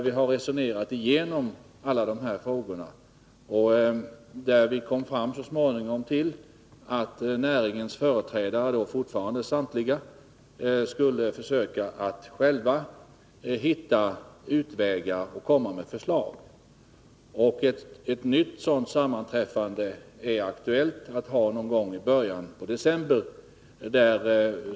Vi resonerade då igenom alla dessa frågor och kom så småningom fram till att samtliga företrädare för näringen skulle försöka hitta utvägar och komma med förslag. Ett nytt sådant sammanträffande är aktuellt någon gång i början av december.